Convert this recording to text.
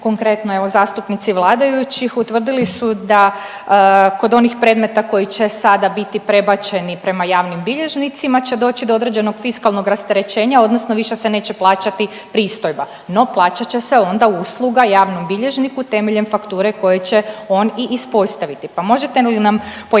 konkretno evo zastupnici vladajućih utvrdili su da kod onih predmeta koji će sada biti prebačeni prema javnim bilježnicima će doći do određenog fiskalnog rasterećenja odnosno više se neće plaćati pristojba, no plaćat će se onda usluga javnom bilježniku temeljem fakture koje će on i ispostaviti, pa možete li nam pojasniti